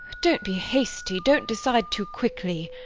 don't be hasty, don't decide too quickly.